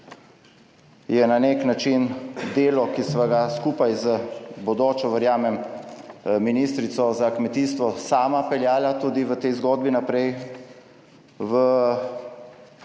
je na nek način delo, ki sva ga skupaj z bodočo verjamem ministrico za kmetijstvo sama peljala tudi v tej zgodbi 30.